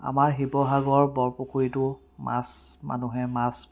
আমাৰ শিৱসাগৰ বৰপুখুৰীটো মাছ মানুহে মাছ